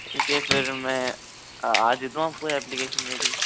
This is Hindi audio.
ठीक है फिर मैं आज दूँ आपको ऐप्लिकैशन मेरी